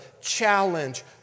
challenge